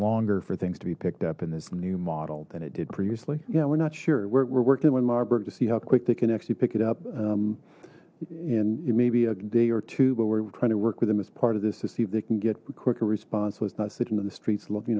longer for things to be picked up in this new model than it did previously yeah we're not sure we're working with marburg to see how quick they can actually pick it up and it may be a day or two but we're trying to work with them as part of this to see if they can get quicker response was not sitting on the streets love you